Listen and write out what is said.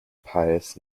pius